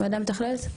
הוועדה המתכללת?